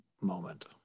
moment